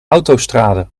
autostrade